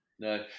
No